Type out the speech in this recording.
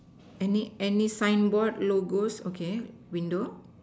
any any signboard logos okay window